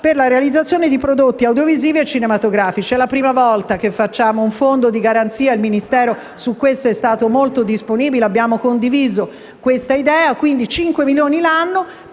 per la realizzazione di prodotti audiovisivi e cinematografici. È la prima volta che viene istituito un Fondo di garanzia: il Ministero su questo tema è stato molto disponibile e abbiamo condiviso questa idea. Dunque è stato